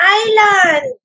island